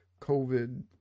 COVID